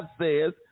says